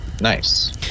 Nice